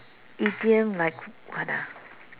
idiom like what ah